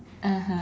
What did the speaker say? (uh huh)